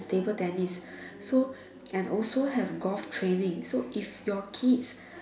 table tennis so can also have golf training so if your kids